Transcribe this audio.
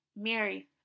Mary